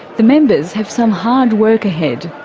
the members have some hard work ahead.